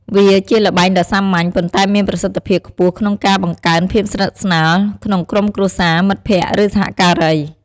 វាជាល្បែងដ៏សាមញ្ញ ប៉ុន្តែមានប្រសិទ្ធភាពខ្ពស់ក្នុងការបង្កើនភាពស្និទ្ធស្នាល ក្នុងក្រុមគ្រួសារ មិត្តភក្តិ ឬសហការី។